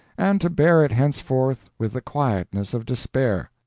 and to bear it henceforth with the quietness of despair.